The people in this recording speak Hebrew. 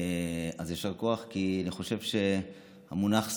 אז יישר כוח, כי אני חושב שהמונח "סטודנט"